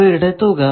അവയുടെ തുക